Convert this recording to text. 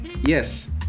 yes